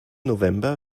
november